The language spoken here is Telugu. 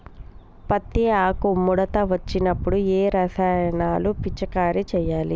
పత్తి ఆకు ముడత వచ్చినప్పుడు ఏ రసాయనాలు పిచికారీ చేయాలి?